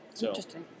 Interesting